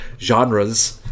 genres